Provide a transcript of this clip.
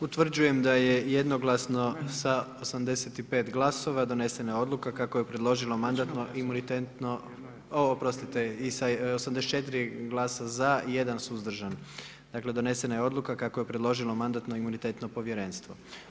Utvrđujem da je jednoglasno sa 85 glasova donesena Odluka kako je predložilo Mandatno-imunitetno, o oprostite, i sa 84 glasa za i 1 suzdržan, dakle donesena je odluka kako je predložilo Mandatno-imunitetno povjerenstvo.